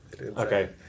Okay